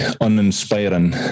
uninspiring